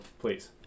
please